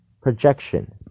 Projection